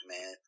man